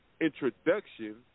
introduction